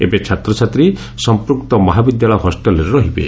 ଏବେ ଛାତ୍ରଛାତ୍ରୀ ସମ୍ମୁକ୍ତ ମହାବିଦ୍ୟାଳୟ ହଷ୍ଟେଲ୍ରେ ରହିବେ